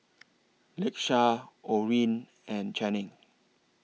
Lakesha Orene and Channing